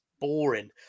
boring